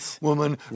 woman